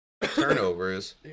Turnovers